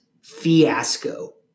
fiasco